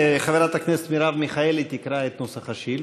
חברת הכנסת מרב מיכאלי תקרא את נוסח השאילתה.